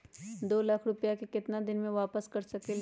दो लाख रुपया के केतना दिन में वापस कर सकेली?